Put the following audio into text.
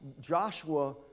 Joshua